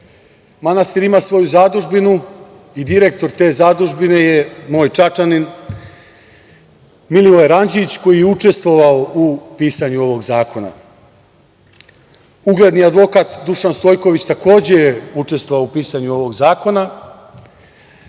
Manastir ima svoju zadužbinu i direktor te zadužbine je moj Čačanin, Milivoje Ranđić koji je učestvovao u pisanju ovog zakona, ugledni advokat Dušan Stojković takođe je učestvovao u pisanju ovog zakona,